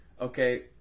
okay